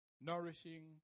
nourishing